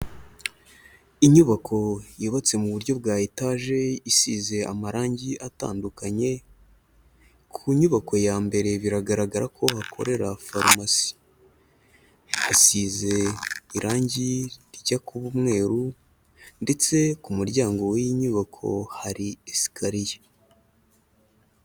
Inyubako yubatse mu buryo bwa etaje isize amarangi atandukanye, ku nyubako ya mbere biragaragara ko hakorera farumasi. Hasize irangi rijya kuba umweru ndetse ku muryango w'iyi nyubako hari esikariye.